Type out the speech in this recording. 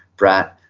brett.